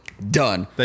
done